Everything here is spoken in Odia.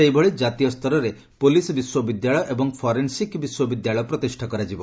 ସେହିଭଳି ଜାତୀୟ ସରରେ ପୋଲିସ୍ ବିଶ୍ୱବିଦ୍ୟାଳୟ ଏବଂ ଫରେନ୍ସିକ୍ ବିଶ୍ୱବିଦ୍ ଳୟ ପ୍ରତିଷା କରାଯିବ